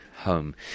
home